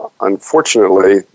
unfortunately